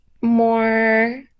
more